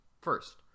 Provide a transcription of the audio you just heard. First